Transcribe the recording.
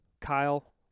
Kyle